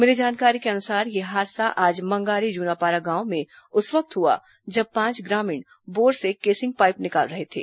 मिली जानकारी के अनुसार यह हादसा आज मंगारी जूनापारा गांव में उस वक्त हुआ जब पांच ग्रामीण बोर से केसिंग पाइप निकाल रहे थे